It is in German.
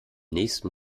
nächsten